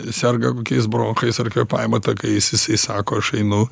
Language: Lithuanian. serga kokiais bronchais ar kvėpavimo takais jisai sako aš einu